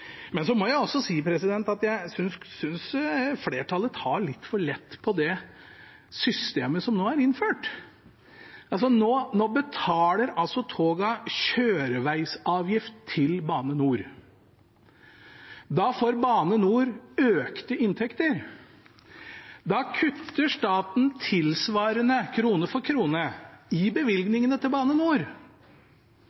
Men jeg må også si at jeg synes flertallet tar litt for lett på det systemet som nå er innført. Nå betaler togene kjøreveisavgift til Bane NOR. Da får Bane NOR økte inntekter. Da kutter staten tilsvarende, krone for krone, i